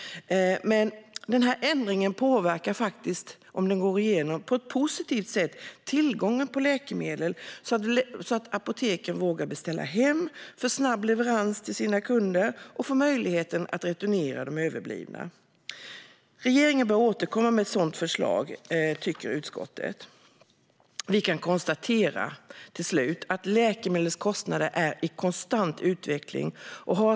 Men denna ändring påverkar - om den går igenom - på ett positivt sätt tillgången på läkemedel genom att apoteken vågar beställa hem för snabb leverans till sina kunder och får möjlighet att returnera de överblivna läkemedlen. Regeringen bör återkomma med ett sådant förslag, tycker utskottet. Vi kan konstatera att läkemedelskostnaderna är i konstant utveckling.